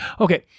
Okay